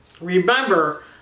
Remember